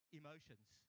emotions